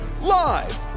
Live